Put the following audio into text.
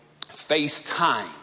FaceTime